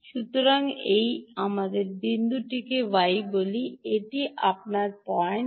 সুতরাং এটি আমাদের বিন্দু y বলি এটি আপনার পয়েন্ট y